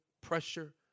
pressure